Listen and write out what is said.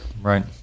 right